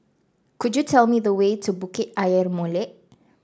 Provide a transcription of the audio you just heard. could you tell me the way to Bukit Ayer Molek